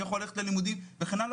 מי יכול ללכת ללימודים וכן הלאה.